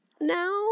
now